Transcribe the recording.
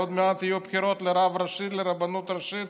עוד מעט יהיו בחירות לרב הראשי ברבנות הראשית,